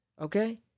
Okay